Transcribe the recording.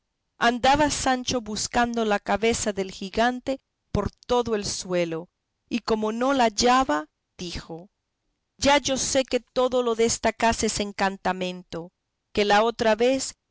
andaba sancho buscando la cabeza del gigante por todo el suelo y como no la hallaba dijo ya yo sé que todo lo desta casa es encantamento que la otra vez